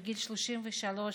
בגיל 33,